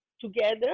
together